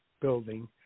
building